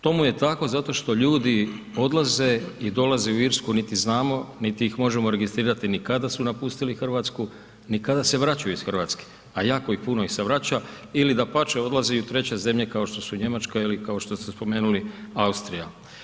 Tomu je tako zato što ljudi odlaze i dolaze u Irsku, niti znamo niti ih možemo registrirati ni kada su napustili Hrvatsku ni kada se vraćaju iz Hrvatske, a jako ih puno ih se vraća ili dapače odlaze i u treće zemlje kao što su Njemačka ili kao što ste spomenuli, Austrija.